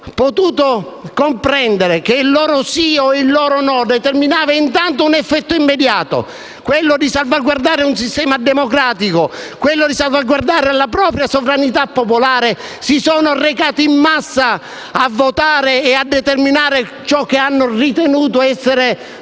potuto comprendere che il loro sì o il loro no determinava intanto un effetto immediato, quello di salvaguardare un sistema democratico e la propria sovranità popolare, si sono recati in massa a votare per determinare ciò che hanno ritenuto essere